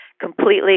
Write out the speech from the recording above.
completely